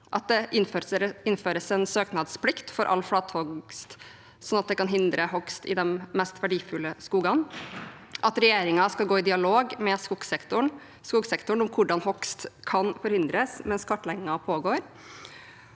at det innføres en søknadsplikt for all flatehogst, sånn at det kan hindre hogst i de mest verdifulle skogene – at regjeringen skal gå i dialog med skogsektoren om hvordan hogst kan forhindres mens kartleggingen pågår